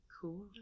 Cool